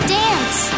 dance